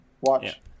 Watch